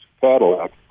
Cadillac